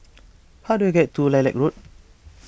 how do I get to Lilac Road